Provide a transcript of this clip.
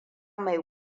mai